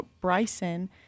Bryson